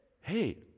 hey